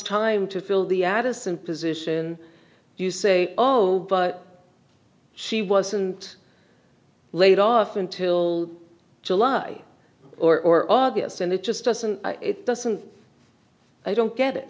time to fill the addison position you say oh but she wasn't laid off until july or august and it just doesn't it doesn't i don't get it